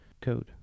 code